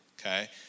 okay